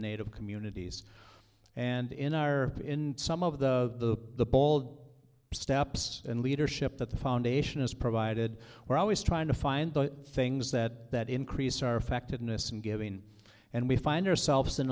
native communities and in our in some of the bold steps and leadership that the foundation has provided we're always trying to find the things that increase our effectiveness in giving and we find ourselves in